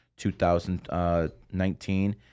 2019